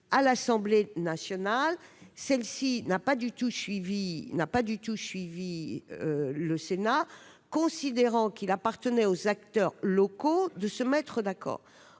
L'Assemblée nationale, pour sa part, n'a pas du tout suivi le Sénat, considérant qu'il appartenait aux acteurs locaux de se mettre d'accord.